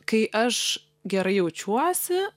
kai aš gerai jaučiuosi